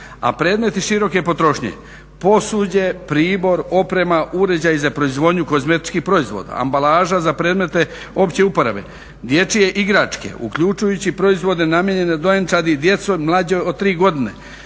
A premeti široke potrošnje posuđe, pribor, oprema, uređaji za proizvodnju kozmetičkih proizvoda, ambalaža za predmete opće uporabe, dječje igračke, uključujući proizvode namijenjene dojenčadi i djeci mlađoj od tri godine